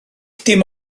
dim